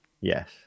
Yes